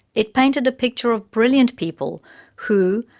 it painted a picture of brilliant people who,